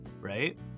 right